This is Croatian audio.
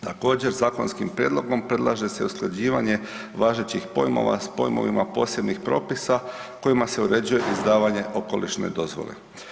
Također zakonskim prijedlogom predlaže se usklađivanje važećih pojmova s pojmovima posebnih propisa kojima se uređuje izdavanje okolišne dozvole.